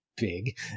Big